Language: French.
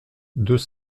deux